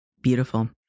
Beautiful